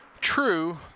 True